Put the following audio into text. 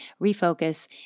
refocus